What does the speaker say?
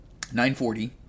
940